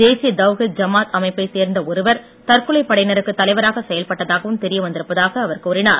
தேசிய தவ்கீத் ஜமாத் அமைப்பைச் சேர்ந்த ஒருவர் தற்கொலை படையினருக்கு தலைவராக செயல்பட்டதாகவும் தெரியவந்திருப்பதாக அவர் கூறினார்